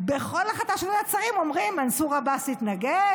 בכל החלטה של ועדת שרים אומרים: מנסור עבאס התנגד,